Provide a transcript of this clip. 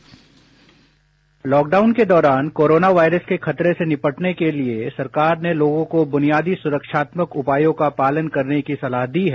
bite lockdown के दौरान corona virus के खतरे से निपटने के लिए सरकार ने लोगों को बुनियादी सुरक्षात्मक उपायों का पालन करने की सलाह दी है